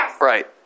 right